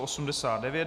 89.